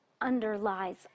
underlies